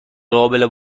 قابل